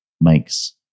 makes